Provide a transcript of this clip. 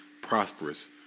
prosperous